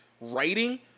writing